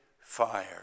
fire